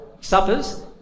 suppers